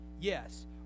Yes